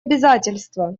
обязательства